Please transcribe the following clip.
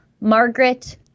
Margaret